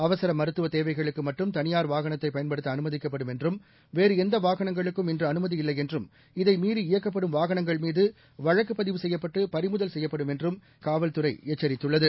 அவசரமருத்துவதேவைகளுக்குமட்டும் தனியார் வாகனத்தைபயன்படுத்தஅனுமதிக்கப்படும் என்றும் வேறுஎந்தவாகனங்களுக்கும் இதைமீறி இயக்கப்படும் வாகனங்கள்மீதுவழக்குப் பதிவு செய்யப்பட்டு பறிமுதல் செய்யப்படும் என்றும் காவல்துறைஎச்சரித்துள்ளது